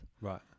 right